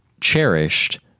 cherished